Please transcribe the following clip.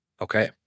Okay